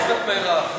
את מירב.